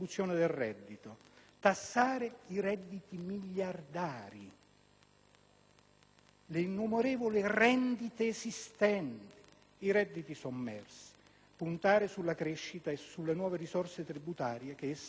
tassare i redditi miliardari, le innumerevoli rendite esistenti, i redditi sommersi; di puntare sulla crescita e sulle nuove risorse tributarie che essa determinerebbe.